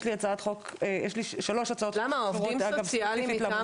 ויש לי שלוש הצעות חוק עובדים סוציאליים מטעם